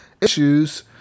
issues